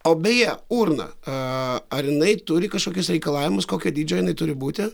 o beje urna a ar jinai turi kažkokius reikalavimus kokio dydžio jinai turi būti